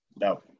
No